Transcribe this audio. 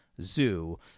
zoo